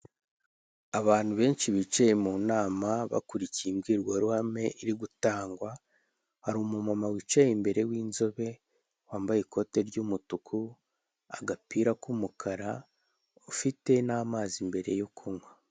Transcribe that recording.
Abantu benshi bicaye mu nama bakurikiye imbwirwaruhame iri gutangwa, hari umumama wicaye imbere w'inzobe, wambaye ikoti ry'umutuku, agapira k'umukara ufite n'amazi mbere yo kunywa.